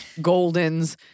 goldens